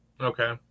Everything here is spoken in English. Okay